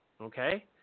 Okay